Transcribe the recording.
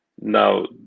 Now